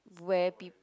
where peo~